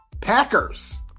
Packers